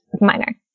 minor